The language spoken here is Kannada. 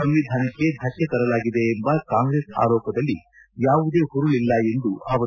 ಸಂವಿಧಾನಕ್ಕೆ ಧಕ್ಕೆ ತರಲಾಗಿದೆ ಎಂಬ ಕಾಂಗ್ರೆಸ್ ಆರೋಪದಲ್ಲಿ ಯಾವುದೇ ಹುರುಳಿಲ್ಲ ಎಂದರು